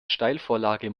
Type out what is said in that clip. steilvorlage